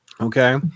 Okay